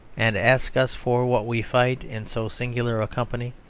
and ask us for what we fight in so singular a company,